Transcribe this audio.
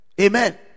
Amen